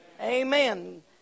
Amen